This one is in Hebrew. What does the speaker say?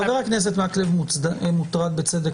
חבר הכנסת מקלב מוטרד בצדק.